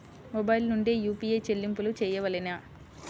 Mobile నుండే UPI చెల్లింపులు చేయవలెనా?